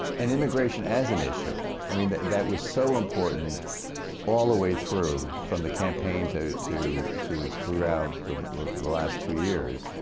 and immigration as an issue, i mean, that was so important all the way through, from the campaign to to throughout the the last two years,